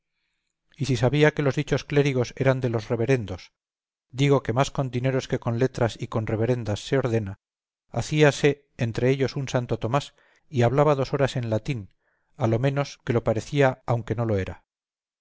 y si sabía que los dichos clérigos eran de los reverendos digo que más con dineros que con letras y con reverendas se ordena hacíase entre ellos un santo tomás y hablaba dos horas en latín a lo menos que lo parecía aunque no lo era